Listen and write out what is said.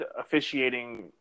officiating